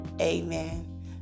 Amen